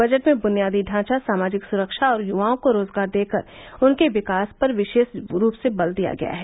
budget में बुनियादी ढांचा सामाजिक सुरक्षा और युवाओं को रोजगार देकर उनके विकास पर विशेष रूप से बल दिया गया है